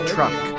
Truck